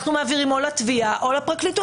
אנחנו מעבירים לתביעה או לפרקליטות.